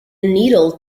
needle